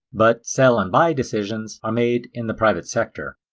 but sell and buy decisions are made in the private sector.